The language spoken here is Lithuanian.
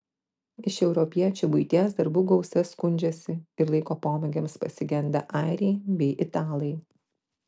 iš europiečių buities darbų gausa skundžiasi ir laiko pomėgiams pasigenda airiai bei italai